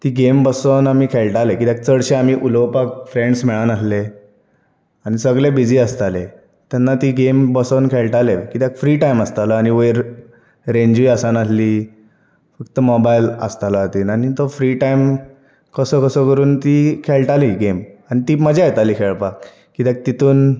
ती गेम बसोन आमी खेळटाले कित्याक चडशे आमी उलोवपाक फ्रेंड्स मेळनासले आनी सगले बिजी आसताले तेन्ना ती गेम बसोन खेळटाले कित्याक फ्री टायम आसतालो आनी वयर रेंजूय आसनासली फक्त मोबायल आसतालो हातींत आनी तो फ्री टायम कसो कसो करून ती खेळटालीं गेम आनी ती मजा येताली खेळपाक कित्याक तितूंत